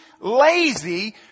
lazy